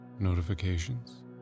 notifications